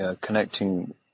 connecting